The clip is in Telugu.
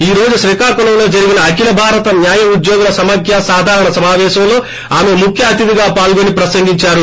ఈ రోజు శ్రీకాకుళంలో జరిగిని అఖిలభారత న్యాయ ఉద్యోగుల సమాఖ్య సాధారణ సమాపేశంలో ఆమె ముఖ్య అతిధిగా పాల్గోని ప్రసంగించారు